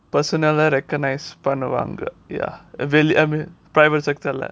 personnel lah recognise பண்ணுவாங்க:pannuvaanga ya private sector leh